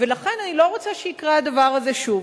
לכן אני לא רוצה שיקרה הדבר הזה שוב.